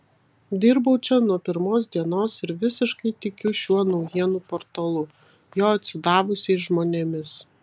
dirbau čia nuo pirmos dienos ir visiškai tikiu šiuo naujienų portalu jo atsidavusiais žmonėmis